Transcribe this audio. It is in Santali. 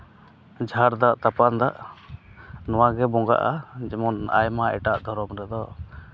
ᱡᱷᱟᱨ ᱫᱟᱜ ᱛᱟᱯᱟᱱ ᱫᱟᱜ ᱱᱚᱣᱟᱜᱮ ᱵᱚᱸᱜᱟᱜᱼᱟ ᱡᱮᱢᱚᱱ ᱟᱭᱢᱟ ᱮᱴᱟᱜ ᱫᱷᱚᱨᱚᱢ ᱨᱮᱫᱚ